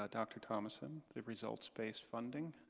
ah dr. thomason the results based funding